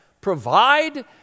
provide